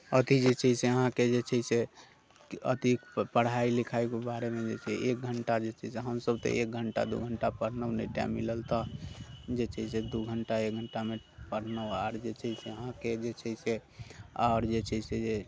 अथी जे छै से अहाँके जे छै से अथी पढाइ लिखाइके बारेमे जे छै एक घण्टा जे छै से हमसब तऽ एक घण्टा दू घण्टा पढ़लहुँ ने टाइम मिलल तऽ जे छै से दू घण्टा एक घण्टामे पढ़लहुँ आओर जे छै से अहाँके जे छै से आओर जे छै से जे